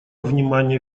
внимание